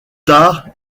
tard